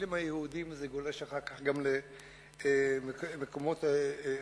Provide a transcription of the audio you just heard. עם היהודים וזה גולש אחר כך גם למקומות אחרים.